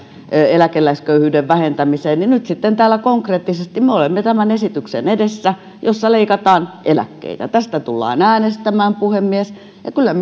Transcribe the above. eläkeläisköyhyyden vähentämiseen niin nyt täällä konkreettisesti me olemme tämän esityksen edessä jossa leikataan eläkkeitä tästä tullaan äänestämään puhemies ja kyllä